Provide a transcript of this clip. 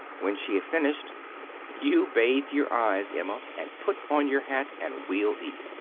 when she had finished you bathe your eyes, emma, and put on your hat and we'll eat.